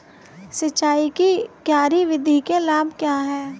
सिंचाई की क्यारी विधि के लाभ क्या हैं?